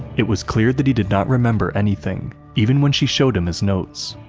it was clear that he did not remember anything, even when she showed him his notes.